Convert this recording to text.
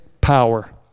power